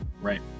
Right